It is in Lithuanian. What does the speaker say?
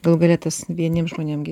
galų gale tas vieniem žmonėm gi